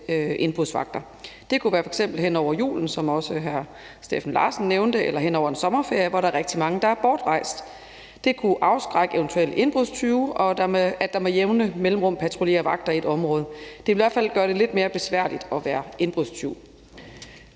indbrudsvagter. Det kunne være f.eks. hen over julen, som også hr. Steffen Larsen nævnte, eller hen over en sommerferie, hvor der er rigtig mange, der er bortrejst. Det kunne afskrække eventuelle indbrudstyve, at der med jævne mellemrum patruljerer vagter i et område. Det vil i hvert fald gøre det lidt mere besværligt at være indbrudstyv.